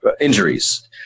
injuries